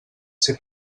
ser